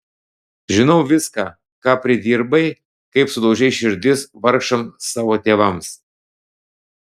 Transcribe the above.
žinau viską ką pridirbai kaip sudaužei širdis vargšams savo tėvams